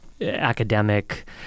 academic